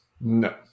No